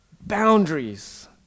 boundaries